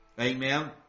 amen